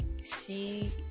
see